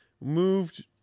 moved